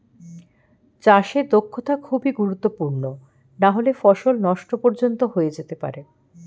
চাষে দক্ষতা খুবই গুরুত্বপূর্ণ নাহলে ফসল নষ্ট পর্যন্ত হতে পারে